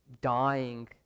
dying